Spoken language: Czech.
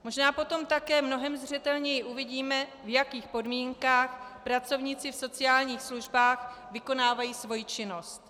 Možná potom také mnohem zřetelněji uvidíme, v jakých podmínkách pracovníci v sociálních službách vykonávají svoji činnost.